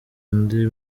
undi